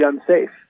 unsafe